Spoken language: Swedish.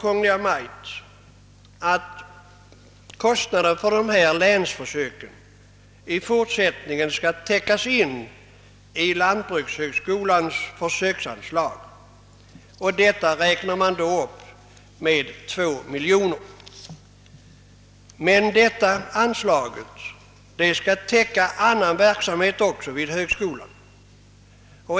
Kungl. Maj:t föreslår att kostnaden för länsförsöken i fortsättningen skall täckas av lantbrukshögskolans = försöksverksamhetsanslag. Detta räknar man då upp med 2 mil joner. Men detta anslag skall täcka också annan verksamhet vid högskolan.